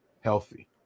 healthy